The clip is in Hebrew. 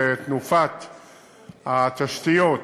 שתנופת התשתיות,